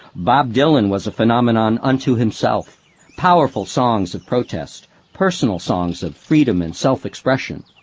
bob dylan was a phenomenon unto himself powerful songs of protest, personal songs of freedom and self-expression.